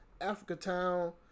Africatown